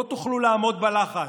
לא תוכלו לעמוד בלחץ.